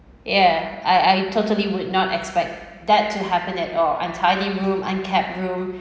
yeah I I totally would not expect that to happen at all untidy room unkempt room